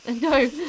No